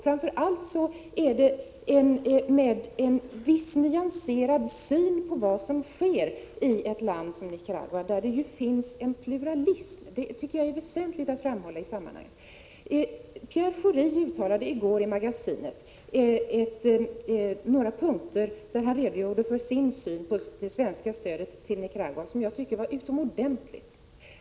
Framför allt innebär det en nyanserad syn på vad som sker i ett land som Nicaragua, där det finns en pluralism; det tycker jag är väsentligt att framhålla i sammanhanget. Pierre Schori redogjorde i går i Magasinet i några punkter för sin syn på det svenska stödet till Nicaragua, och jag tyckte att det var utomordentligt.